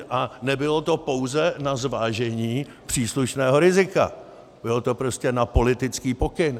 A nebylo to pouze na zvážení příslušného rizika, bylo to prostě na politický pokyn.